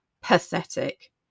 Pathetic